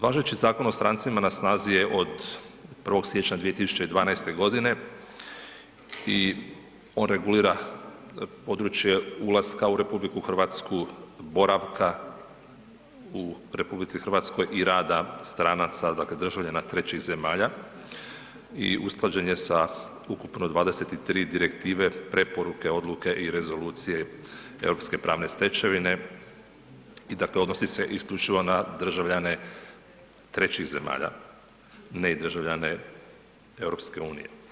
Važeći Zakon o strancima na snazi je od 1.siječnja 2012.godine i on regulira područje ulaska u RH, boravka u RH i rada stranca dakle državljana trećih zemalja i usklađen je sa ukupno 23 direktive, preporuke, odluke i rezolucije Europske pravne stečevine i odnosi se isključivo na državljane trećih zemalja, ne i državljane EU.